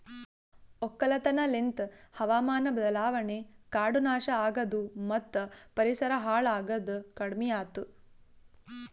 ಒಕ್ಕಲತನ ಲಿಂತ್ ಹಾವಾಮಾನ ಬದಲಾವಣೆ, ಕಾಡು ನಾಶ ಆಗದು ಮತ್ತ ಪರಿಸರ ಹಾಳ್ ಆಗದ್ ಕಡಿಮಿಯಾತು